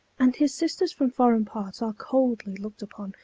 and her sisters from foreign parts are coldly looked upon,